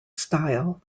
style